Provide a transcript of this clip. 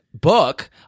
book